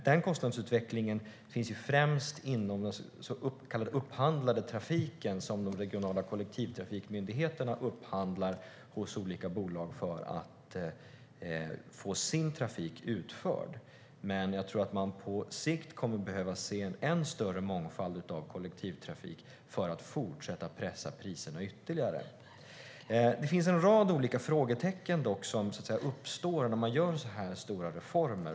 Den kostnadsutvecklingen finns ju främst inom den så kallade upphandlade trafiken som de regionala kollektivtrafikmyndigheterna upphandlar hos olika bolag för att få sin trafik utförd, men jag tror att man på sikt kommer att behöva se en än större mångfald av kollektivtrafik för att fortsätta pressa priserna. Det finns dock en rad olika frågetecken som uppstår när man genomför så här stora reformer.